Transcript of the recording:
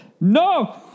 No